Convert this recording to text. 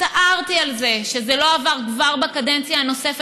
הצטערתי על זה שזה לא עבר כבר בקדנציה הקודמת,